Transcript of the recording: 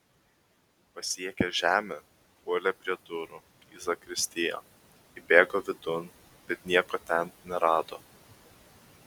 pasiekęs žemę puolė prie durų į zakristiją įbėgo vidun bet nieko ten nerado